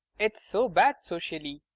it's so bad socially.